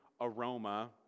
aroma